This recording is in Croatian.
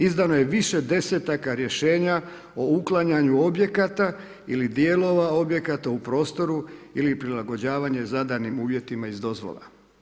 Izdano je više desetaka rješenja o uklanjanju objekata ili dijelova objekata u prostoru ili prilagođavanje zadanim uvjetima iz dozvola.